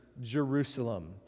Jerusalem